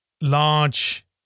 large